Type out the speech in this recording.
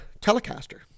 Telecaster